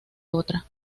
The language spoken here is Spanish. otra